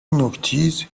نوکتیز